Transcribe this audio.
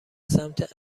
سمت